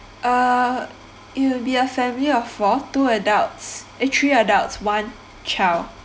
uh it'll be a family of four two adults eh three adults one child